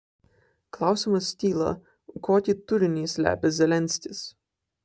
klausimas kyla kokį turinį slepia zelenskis